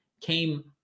came